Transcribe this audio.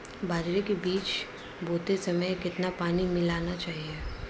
बाजरे के बीज बोते समय कितना पानी मिलाना चाहिए?